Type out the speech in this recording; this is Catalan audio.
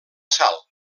sal